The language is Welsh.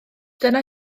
dyna